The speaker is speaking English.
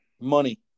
Money